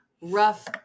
rough